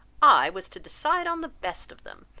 i was to decide on the best of them.